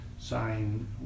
sign